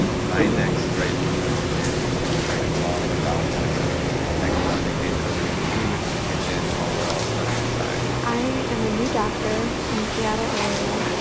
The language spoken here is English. my next right move is to write a blog about how to cook economic and comforting food in the kitchen while we're all stuck inside i am a new doctor in the seattle area.